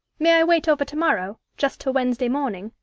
may i wait over to-morrow, just till wednesday morning,